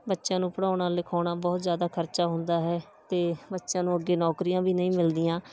ਬੱਚਿਆਂ ਨੂੰ ਪੜ੍ਹਾਉਣਾ ਲਿਖਾਉਣਾ ਬਹੁਤ ਜ਼ਿਆਦਾ ਖਰਚਾ ਹੁੰਦਾ ਹੈ ਅਤੇ ਬੱਚਿਆਂ ਨੂੰ ਅੱਗੇ ਨੌਕਰੀਆਂ ਵੀ ਨਹੀਂ ਮਿਲਦੀਆਂ